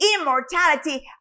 immortality